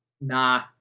nah